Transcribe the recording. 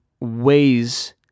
ways